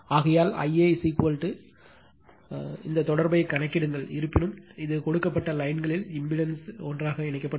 ஆகையால் Ia தொடர்பைக் கணக்கிடுங்கள் இருப்பினும் அது கொடுக்கப்பட்ட லைன்களில் இம்பிடன்ஸ் ஒன்றாக இணைக்கப்பட்டுள்ளது